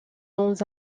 dans